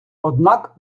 однак